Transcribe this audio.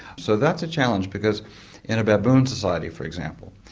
so that's a challenge because in a baboon society, for example,